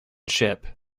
ship